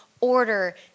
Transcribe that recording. order